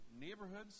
neighborhoods